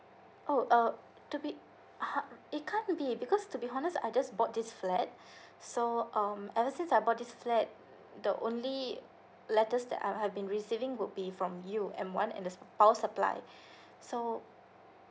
oh uh to be ha it can't be because to be honest I just bought this flat so um and then since I bought this flat the only letters that I have been receiving would be from you and one and the power supply so